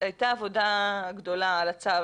הייתה עבודה גדולה על הצו,